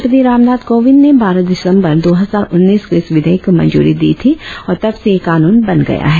राष्ट्रपति रामनाथ कोविंद ने बारह दिसंबर दो हजार उन्नीस को इस विधेयक को मंजूरी दी थी और तब से यह कानून बन गया है